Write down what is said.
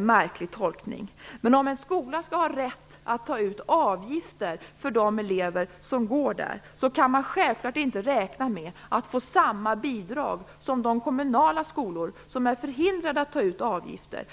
märklig tolkning. Om en skola skall ha rätt att ta ut avgifter för de elever som går där, kan man självfallet inte räkna med att få lika stora bidrag som de kommunala skolor som är förhindrade att ta ut avgifter.